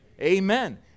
Amen